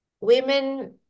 women